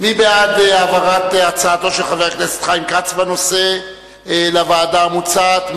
מי בעד העברת הצעתו של חבר הכנסת חיים כץ לוועדה המוצעת?